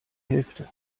hälfte